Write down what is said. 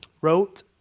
wrote